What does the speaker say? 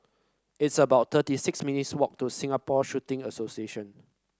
it's about thirty six minutes' walk to Singapore Shooting Association